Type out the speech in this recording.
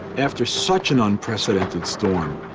after such an unprecedented storm,